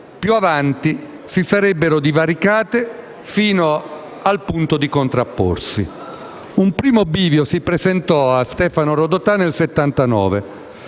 più avanti si sarebbero divaricate fino al punto di contrapporsi. Un primo bivio si presentò a Stefano Rodotà nel 1979,